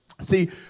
See